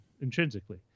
intrinsically